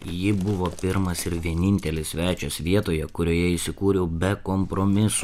ji buvo pirmas ir vienintelis svečias vietoje kurioje įsikūriau be kompromisų